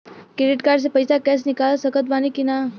Credit card से पईसा cash निकाल सकत बानी की ना?